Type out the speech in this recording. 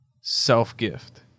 self-gift